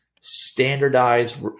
standardized